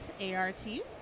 A-R-T